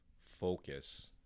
focus